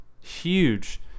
huge